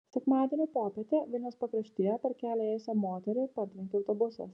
sekmadienio popietę vilniaus pakraštyje per kelią ėjusią moterį partrenkė autobusas